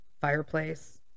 fireplace